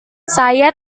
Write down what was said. saya